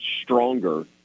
stronger